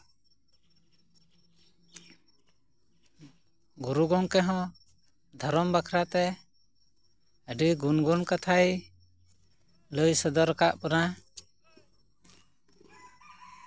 ᱜᱩᱨᱩ ᱜᱚᱢᱠᱮ ᱦᱚᱸ ᱫᱷᱚᱨᱚᱢ ᱵᱟᱠᱷᱨᱟᱛᱮ ᱟᱹᱰᱤ ᱜᱩᱱ ᱜᱩᱱ ᱠᱟᱛᱷᱟᱭ ᱞᱟᱹᱭ ᱥᱚᱫᱚᱨ ᱠᱟᱜ ᱵᱚᱱᱟᱭ